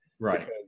Right